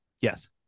Yes